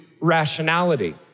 rationality